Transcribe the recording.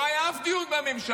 לא היה אף דיון בממשלה.